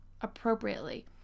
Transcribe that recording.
appropriately